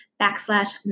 backslash